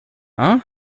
hein